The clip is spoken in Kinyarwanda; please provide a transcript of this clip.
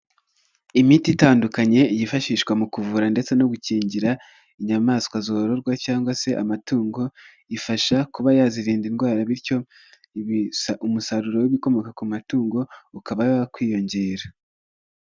Imiti itandukanye yifashishwa mu kuvura ndetse no gukingira, inyamaswa zororwa cyangwa se amatungo. Ifasha kuba yazirinda indwara bityo, ibi umusaruro w'ibikomoka ku matungo ukaba wakwiyongera.